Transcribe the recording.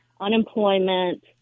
unemployment